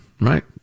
right